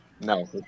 No